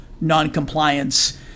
noncompliance